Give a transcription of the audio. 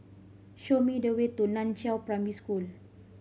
show me the way to Nan Chiau Primary School